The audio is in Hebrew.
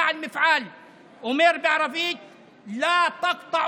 בוועדה, דקה,